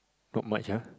not much ah